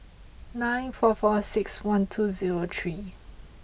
nine four four six one two zero three